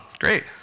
Great